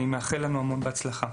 אני מאחל לנו המון בהצלחה.